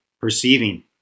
perceiving